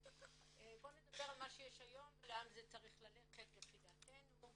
בוא נדבר על מה שיש היום ולאן זה צריך ללכת לפי דעתנו.